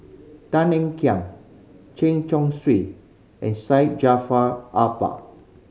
Tan Ean Kiam Chen Chong Swee and Syed Jaafar Albar